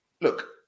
look